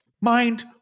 mind